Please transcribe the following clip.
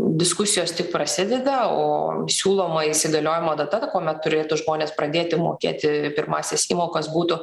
diskusijos tik prasideda o siūloma įsigaliojimo data kuomet turėtų žmonės pradėti mokėti pirmąsias įmokas būtų